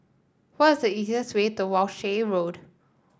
what is the easiest way to Walshe Road